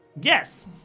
Yes